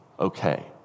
okay